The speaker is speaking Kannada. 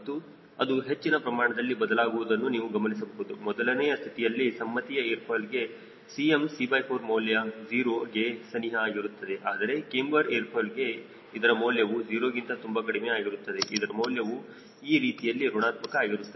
ಮತ್ತು ಅದು ಹೆಚ್ಚಿನ ಪ್ರಮಾಣದಲ್ಲಿ ಬದಲಾಗುವುದನ್ನು ನೀವು ಗಮನಿಸಬಹುದು ಮೊದಲನೆಯ ಸ್ಥಿತಿಯಲ್ಲಿ ಸಮ್ಮತಿಯ ಏರ್ ಫಾಯ್ಲ್ಗೆ 𝐶mc4 ಮೌಲ್ಯ 0ಗೆ ಸನಿಹ ಆಗಿರುತ್ತದೆ ಆದರೆ ಕ್ಯಾಮ್ಬರ್ ಏರ್ ಫಾಯ್ಲ್ಗೆ ಇದರ ಮೌಲ್ಯವು 0ಗಿಂತ ತುಂಬಾ ಕಡಿಮೆ ಆಗಿರುತ್ತದೆ ಇದರ ಮೌಲ್ಯವು ಈರೀತಿಯಲ್ಲಿ ಋಣಾತ್ಮಕ ಆಗಿರುತ್ತದೆ